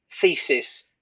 thesis